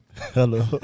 Hello